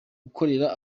ukorera